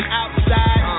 outside